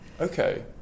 Okay